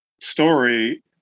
story